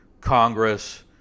Congress